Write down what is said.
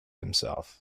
himself